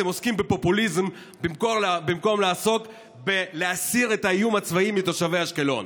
אתם עוסקים בפופוליזם במקום לעסוק בלהסיר את האיום הצבאי מתושבי אשקלון.